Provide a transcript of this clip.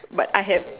but I have